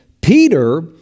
Peter